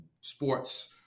sports